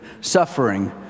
suffering